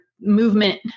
movement